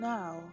Now